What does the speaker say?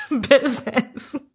business